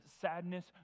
sadness